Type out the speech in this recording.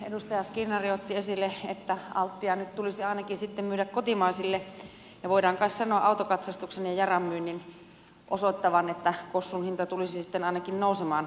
edustaja skinnari otti esille että altia nyt tulisi ainakin sitten myydä kotimaisille ja voidaan kai sanoa autokatsastuksen ja yaran myynnin osoittavan että kossun hinta tulisi sitten ainakin nousemaan